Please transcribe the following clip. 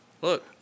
Look